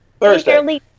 Thursday